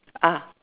ah